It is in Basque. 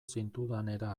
zintudanera